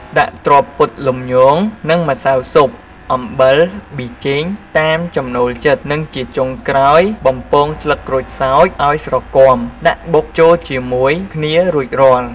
ដាក់ត្រប់ពុតលំញង និង ម្សៅស៊ុប អំបិល ប៊ីចេងតាមចំណូលចិត្ត និងជាចុងក្រោយបំពងស្លឹកក្រូចសើចឱ្យស្រគាំដាក់បុកចូលជាមួយគ្នារួចរាល់។